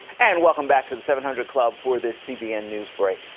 and welcome back to the seven hundred club for the cbn news break.